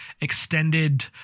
extended